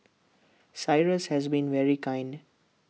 cyrus has been very kind